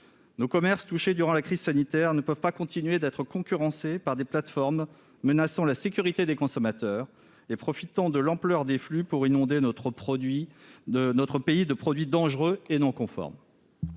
Les commerces, touchés durant la crise sanitaire, ne peuvent pas continuer d'être concurrencés par des plateformes qui menacent la sécurité des consommateurs et qui profitent de l'ampleur des flux pour inonder notre pays de produits dangereux et non conformes.